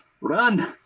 run